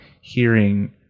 hearing